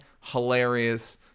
hilarious